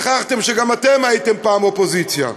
שכחתם שגם אתם הייתם פעם אופוזיציה.